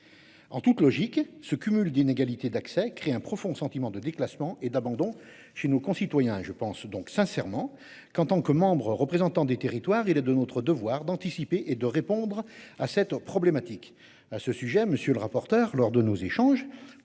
En toute logique ce cumul d'inégalités d'accès crée un profond sentiment de déclassement et d'abandon chez nos concitoyens. Je pense donc sincèrement qu'en tant que membres représentant des territoires. Il est de notre devoir d'anticiper et de répondre à cette problématique. À ce sujet monsieur le rapporteur. Lors de nos échanges